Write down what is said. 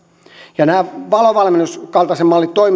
ja nämä valo valmennuksen kaltaiset